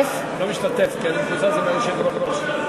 כי אני מקוזז עם היושב-ראש.